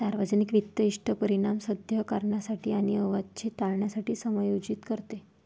सार्वजनिक वित्त इष्ट परिणाम साध्य करण्यासाठी आणि अवांछित टाळण्यासाठी समायोजित करते